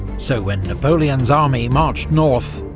so when napoleon's army marched north,